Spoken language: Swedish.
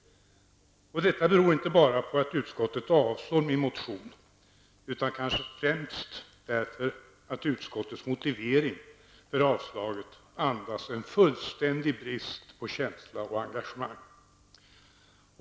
Detta beror inte bara på att utskottet avstyrker min motion, utan kanske framför allt på att utskottets motivering för avstyrkandet andas en fullständig brist på känsla och engagemang.